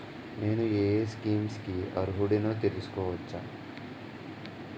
నేను యే యే స్కీమ్స్ కి అర్హుడినో తెలుసుకోవచ్చా?